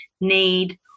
need